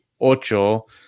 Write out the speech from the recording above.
Ocho